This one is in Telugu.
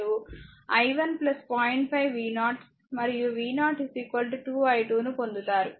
5 v0 మరియు v0 2 i2 ను పొందుతారు